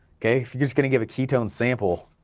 okay. if you're just gonna give a ketone sample,